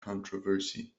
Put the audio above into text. controversy